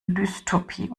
dystopie